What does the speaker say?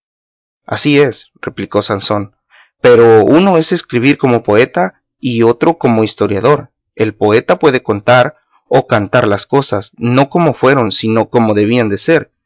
así es replicó sansón pero uno es escribir como poeta y otro como historiador el poeta puede contar o cantar las cosas no como fueron sino como debían ser